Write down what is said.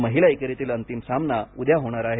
महिला एकेरीतील अंतिम सामना उद्या होणार आहे